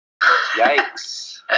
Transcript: Yikes